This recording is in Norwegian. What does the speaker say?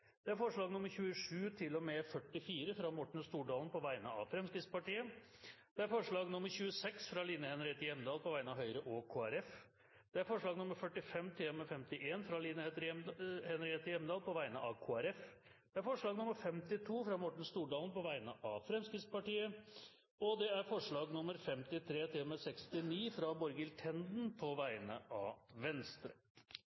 av Fremskrittspartiet forslag nr. 26 fra Line Henriette Hjemdal på vegne av Høyre og Kristelig Folkeparti forslagene nr. 45–51 fra Line Henriette Hjemdal på vegne av Kristelig Folkeparti forslag nr. 52 fra Morten Stordalen på vegne av Fremskrittspartiet forslagene nr. 53–69 fra Borghild Tenden på